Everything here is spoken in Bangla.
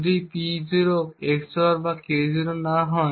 যদি P0 XOR K0 না হয়